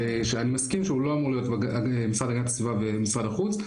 שאני מסכים שהוא לא אמור להיות המשרד להגנת הסביבה ומשרד החוץ.